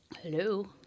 Hello